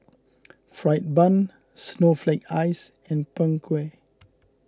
Fried Bun Snowflake Ice and Png Kueh